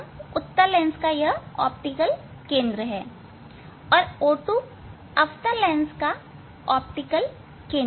उत्तल लेंस का तथा O2 इस अवतल लेंस का ऑप्टिकल केंद्र है